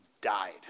died